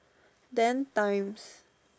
then times